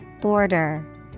Border